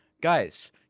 Guys